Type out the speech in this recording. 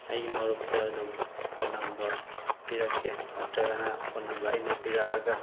ꯑꯩꯒꯤ ꯃꯔꯨꯞꯇ ꯑꯗꯨꯝ ꯐꯣꯟ ꯅꯝꯕꯔ ꯄꯤꯔꯛꯀꯦ ꯅꯠꯇ꯭ꯔꯒꯅ ꯐꯣꯟ ꯅꯝꯕꯔ ꯑꯩꯅ ꯄꯤꯔꯛꯑꯒ